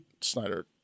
Snyder